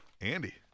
Andy